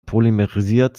polymerisiert